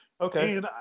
okay